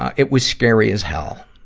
it was scary as hell.